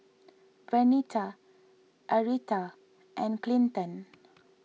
Vernita Arietta and Clinton